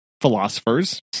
philosophers